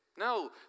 No